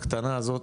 הקטנה הזאת,